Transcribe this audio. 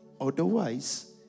otherwise